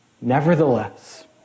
Nevertheless